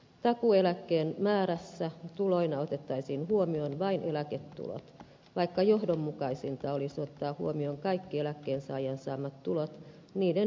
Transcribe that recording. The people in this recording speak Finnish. takuueläkkeen määrässä tuloina otettaisiin huomioon vain eläketulot vaikka johdonmukaisinta olisi ottaa huomioon kaikki eläkkeensaajan saamat tulot niiden nimistä riippumatta